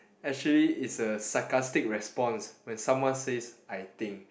actually is a sarcastic response when someone says I think